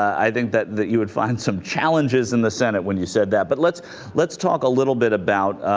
i think that that you would find some challenges in the senate when you said that but let's let's talk a little bit about ah.